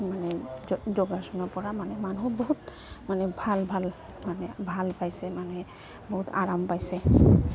মানে যোগাসনৰ পৰা মানে মানুহ বহুত মানে ভাল ভাল মানে ভাল পাইছে মানে বহুত আৰাম পাইছে